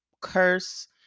curse